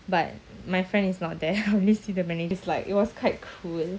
but my friend is not there only see the manager it's like it was quite cool and